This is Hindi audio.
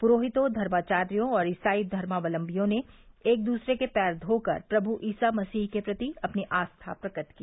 पुरोहितो धर्माचार्यो और ईसाई धर्मावलिम्बयों ने एक दूसरे के पैर धोकर प्रभु ईसा मसीह के प्रति अपनी आस्था प्रकट की